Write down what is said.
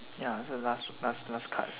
ya so the last last last card